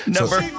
Number